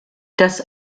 das